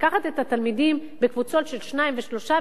לקחת את התלמידים בקבוצות של שניים ושלושה,